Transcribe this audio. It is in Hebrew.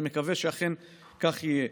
אני מקווה שאכן כך יהיה.